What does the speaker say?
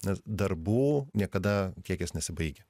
nes darbų niekada kiekis nesibaigia